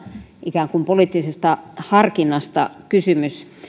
ikään kuin poliittisesta harkinnasta kysymys